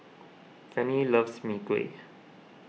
Fanny loves Mee Kuah